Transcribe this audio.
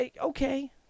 okay